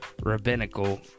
rabbinical